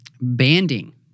Banding